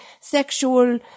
sexual